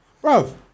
Bro